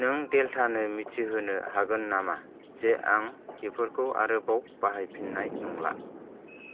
नों देल्टानो मिथिहोनो हागोन नामा जे आं बेफोरखौ आरोबाव बाहायफिन्नाय नंला